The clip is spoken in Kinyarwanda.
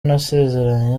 nasezeranye